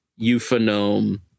euphonome